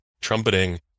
trumpeting